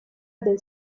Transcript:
del